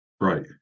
Right